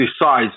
decides